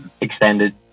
extended